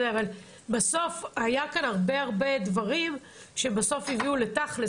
אבל היו כאן הרבה הרבה דברים שבסוף הביאו לתכלס,